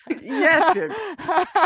Yes